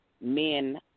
men